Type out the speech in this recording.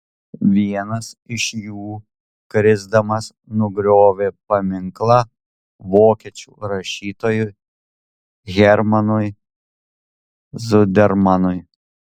vienas iš jų krisdamas nugriovė paminklą vokiečių rašytojui hermanui zudermanui